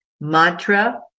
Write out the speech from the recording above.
mantra